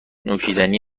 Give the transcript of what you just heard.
نوشیدنی